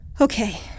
Okay